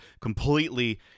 completely